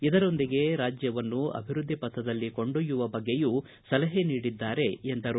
ಇದರೊಂದಿಗೆ ರಾಜ್ಯವನ್ನು ಅಭಿವೃದ್ದಿ ಪಥದಲ್ಲಿ ಕೊಂಡೊಯ್ಲುವ ಬಗ್ಗೆಯೂ ಸಲಹೆ ನೀಡಿದ್ದಾರೆ ಎಂದರು